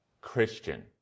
Christian